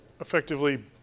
effectively